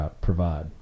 provide